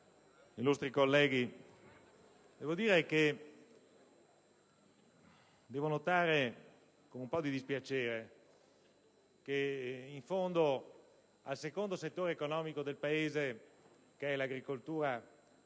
illustri colleghi, devo notare con un po' di dispiacere che al secondo settore economico del Paese, qual è l'agricoltura,